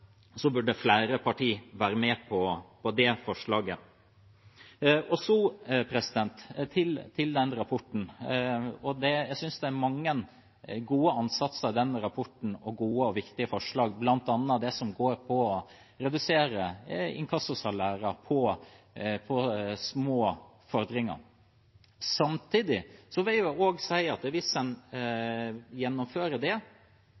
med på det forslaget. Så til rapporten. Jeg synes det er mange gode ansatser i den rapporten og gode og viktige forslag, bl.a. det som går på å redusere inkassosalærer på små fordringer. Samtidig vil det si at hvis en gjennomfører det,